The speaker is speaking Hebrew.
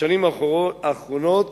בשנים האחרונות